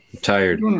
Tired